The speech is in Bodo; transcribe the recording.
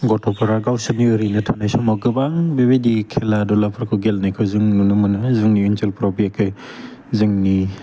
गथ'फोरा गावसोरनि ओरैनो थानाय समाव गोबां बेबायदि खेला दुलाफोरखौ गेलेनायखौ जों नुनो मोनो जोंनि ओनसोलफ्राव बेखै जोंनि